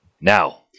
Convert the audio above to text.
now